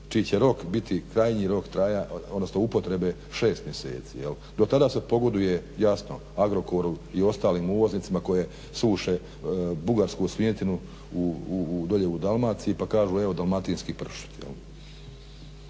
čiji će rok biti krajnji rok upotrebe 6 mjeseci jel'. Do tada se pogoduje jasno Agrokoru i ostalim uvoznicima koji suše bugarsku svinjetinu dolje u Dalmaciji pa kažu evo dalmatinski pršut.